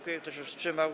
Kto się wstrzymał?